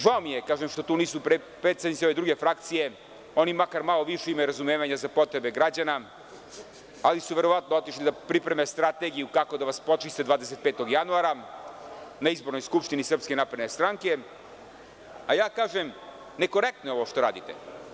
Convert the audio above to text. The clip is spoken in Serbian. Žao mi je što tu nisu predstavnici ove druge frakcije, oni makar malo više imaju razumevanja za potrebe građana, ali su verovatno otišli da pripreme strategiju kako da vas počiste 25. januara na izbornoj Skupštini Srpske napredne stranke, a ja kažem – nekorektno je ovo što radite.